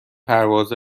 پرواز